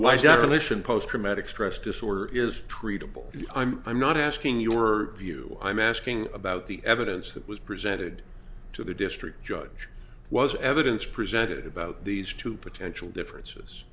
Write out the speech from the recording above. definition post traumatic stress disorder is treatable i'm not asking your view i'm asking about the evidence that was presented to the district judge was evidence presented about these two potential differences